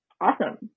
awesome